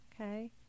Okay